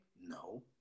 No